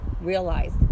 realize